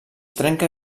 trenca